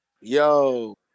Yo